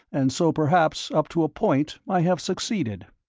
and so perhaps up to a point i have succeeded.